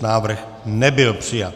Návrh nebyl přijat.